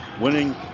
winning